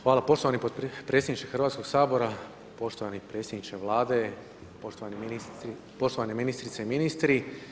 Hvala poštovani predsjedniče Hrvatskoga sabora, poštovani predsjedniče Vlade, poštovane ministrice i ministri.